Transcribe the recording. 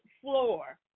floor